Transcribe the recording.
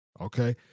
okay